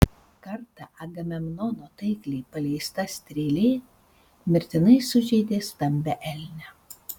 kartą agamemnono taikliai paleista strėlė mirtinai sužeidė stambią elnę